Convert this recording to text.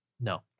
no